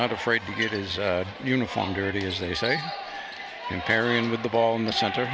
not afraid to get his uniform dirty as they say in pairing with the ball in the center